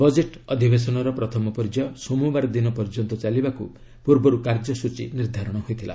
budget ଅଧିବେଶନର ପ୍ରଥମ ପର୍ଯ୍ୟାୟ ସୋମବାର ଦିନ ପର୍ଯ୍ୟନ୍ତ ଚାଲିବାକୁ ପୂର୍ବରୁ କାର୍ଯ୍ୟସୂଚୀ ନିର୍ଦ୍ଧାରଣ ହୋଇଥିଲା